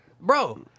bro